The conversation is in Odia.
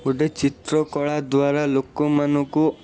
ଗୋଟେ ଚିତ୍ରକଳା ଦ୍ୱାରା ଲୋକମାନଙ୍କୁ